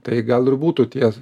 tai gal ir būtų tie